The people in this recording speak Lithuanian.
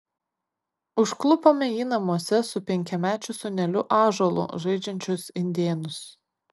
užklupome jį namuose su penkiamečiu sūneliu ąžuolu žaidžiančius indėnus